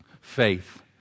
faith